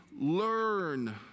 learn